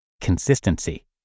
consistency